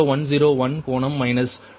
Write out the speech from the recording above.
0101 கோணம் மைனஸ் 2